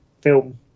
film